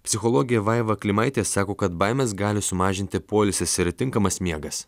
psichologė vaiva klimaitė sako kad baimes gali sumažinti poilsis ir tinkamas miegas